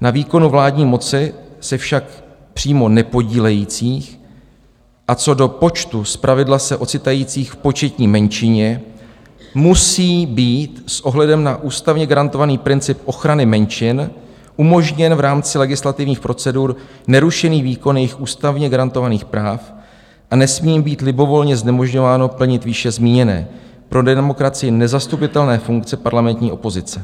na výkonu vládní moci se však přímo nepodílejících a co do počtu zpravidla se ocitajících v početní menšině, musí být s ohledem na ústavně garantovaný princip ochrany menšin umožněn v rámci legislativních procedur nerušený výkon jejich ústavně garantovaných práv a nesmí jim být libovolně znemožňováno plnit výše zmíněné, pro demokracii nezastupitelné funkce parlamentní opozice.